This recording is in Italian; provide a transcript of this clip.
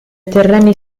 terreni